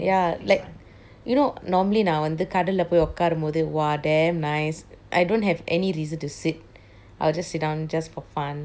ya like you know normally நான் வந்து கடல்ல போய் ஒக்காரும்போது:naan vanthu kadele poi okarumpothu !wah! damn nice I don't have any reason to sit I will just sit down just for fun